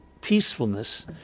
peacefulness